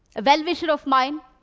a well-wisher of mine,